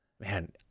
man